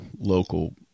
local